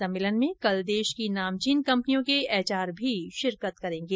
सम्मेलन में कल देश की नामचीन कंपनियों के एचआर भी शिरकत करेंगे